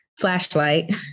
flashlight